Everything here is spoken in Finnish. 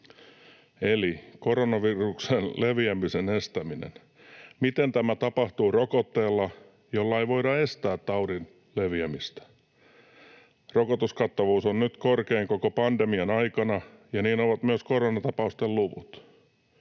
Eli koronaviruksen leviämisen estäminen — miten tämä tapahtuu rokotteella, jolla ei voida estää taudin leviämistä? Rokotuskattavuus on nyt korkein koko pandemian aikana, ja niin ovat myös koronatapausten luvut.